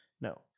No